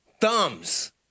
thumbs